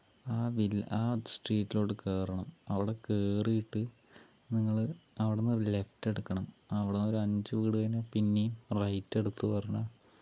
ആ വില്ല ആ സ്ട്രീറ്റിലോട്ട് കയറണം അവിടെ കയറിട്ട് നിങ്ങൾ അവിടെ നിന്നൊരു ലെഫ്റ്റ് എടുക്കണം അവിടെ നിന്നൊരു അഞ്ചു വീട് കഴിഞ്ഞ് പിന്നേയും റൈറ്റ് എടുത്തു വരണം